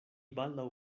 baldaŭ